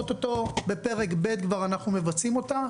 נאמר להם ואוטוטו בפרק ב' אנחנו כבר מבצעים אותה.